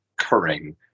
occurring